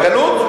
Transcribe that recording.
בגלות?